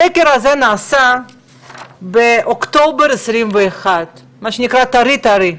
הסקר הזה נעשה באוקטובר 2021, מה שנקרא טרי טרי,